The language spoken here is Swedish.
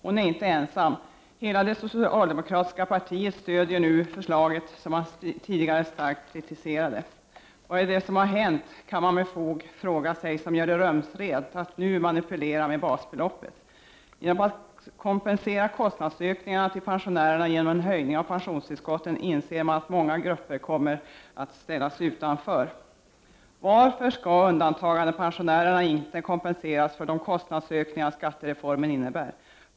Hon är inte ensam, hela det socialdemokratiska partiet stödjer nu förslaget partiet tidigare starkt kritiserade. Vad är det som har hänt, kan man med fog fråga sig, som gör det rumsrent att nu manipulera med basbeloppet? Genom att kompensera kostnadsökningarna till pensionärerna genom en höjning av pensionstillskotten inser man att många grupper kommer att ställas utanför. Varför skall undantagandepensionärerna inte kompenseras för de kostnadsökningar skattereformen innebär?